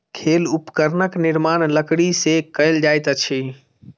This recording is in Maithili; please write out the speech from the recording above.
खेल उपकरणक निर्माण लकड़ी से कएल जाइत अछि